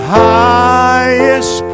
highest